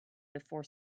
before